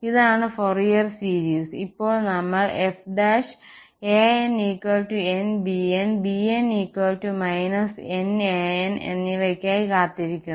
ഇതാണ് Fourier series ഇപ്പോൾ നമ്മൾ f a'n nbn b'n −nan എന്നിവയ്ക്കായി കാത്തിരിക്കുന്നു